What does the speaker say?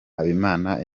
habimana